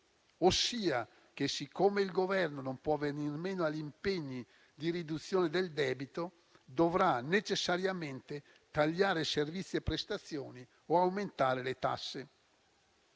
ossia che, siccome il Governo non può venir meno agli impegni di riduzione del debito, dovrà necessariamente tagliare servizi e prestazioni o aumentare le tasse.